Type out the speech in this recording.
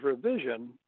revision